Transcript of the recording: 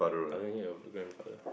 I never hear of grandfather